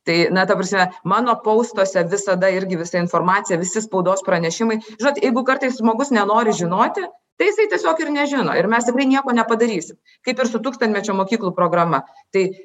tai na ta prasme mano poustuose visada irgi visa informacija visi spaudos pranešimai žinot jeigu kartais žmogus nenori žinoti tai jisai tiesiog ir nežino ir mes tikrai nieko nepadarysim kaip ir su tūkstantmečio mokyklų programa tai